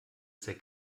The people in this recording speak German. sehr